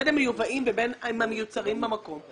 בין אם מיובאים ובין אם הם מיוצרים במקום,